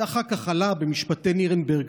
זה אחר כך עלה במשפטי נירנברג,